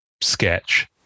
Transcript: sketch